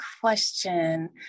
question